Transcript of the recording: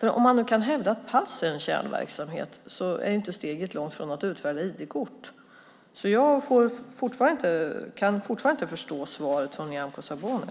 Kan man hävda att pass är en kärnverksamhet är steget inte långt till att utfärda ID-kort. Därför kan jag fortfarande inte förstå svaret från Nyamko Sabuni.